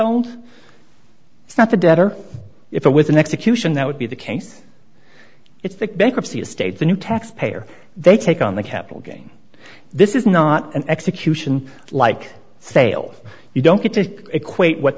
found it's not the debtor if it was an execution that would be the case it's the bankruptcy estate the new tax payer they take on the capital gains this is not an execution like sale you don't get to equate what